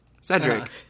Cedric